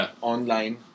online